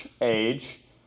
age